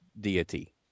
deity